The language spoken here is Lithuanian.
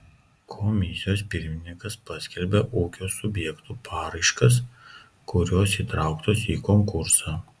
komisijos pirmininkas paskelbia ūkio subjektų paraiškas kurios įtrauktos į konkursą